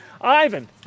Ivan